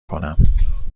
کنم